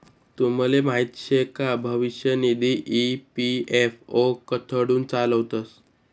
तुमले माहीत शे का भविष्य निधी ई.पी.एफ.ओ कडथून चालावतंस